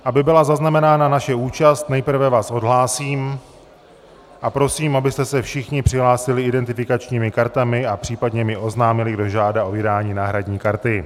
Aby byla zaznamenána naše účast, nejprve vás odhlásím a prosím, abyste se všichni přihlásili identifikačními kartami a případně mi oznámili, kdo žádá o vydání náhradní karty.